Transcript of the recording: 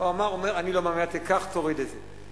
הוא אומר: אני לא מאמין, תיקח, תוריד את זה.